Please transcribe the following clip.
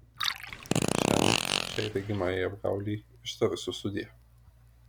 šiąnakt šiai regimajai apgaulei ištarsiu sudie